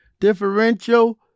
differential